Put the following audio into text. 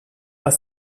aus